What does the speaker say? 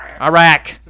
Iraq